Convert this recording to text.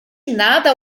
nada